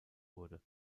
wurde